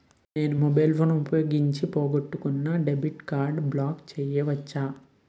నేను mobile phone ఉపయోగించి పోగొట్టుకున్న డెబిట్ కార్డ్ని బ్లాక్ చేయవచ్చా?